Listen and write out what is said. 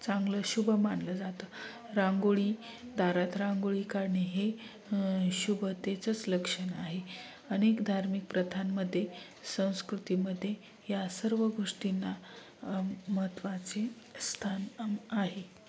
चांगलं शुभ मानलं जातं रांगोळी दारात रांगोळी काढणे हे शुभतेचंच लक्षण आहे अनेक धार्मिक प्रथांमध्ये संस्कृतीमध्ये या सर्व गोष्टींना महत्त्वाचे स्थान आहे